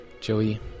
Joey